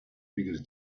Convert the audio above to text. figures